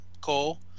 cole